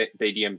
BDM